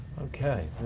okay,